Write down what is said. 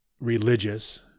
religious